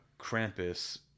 Krampus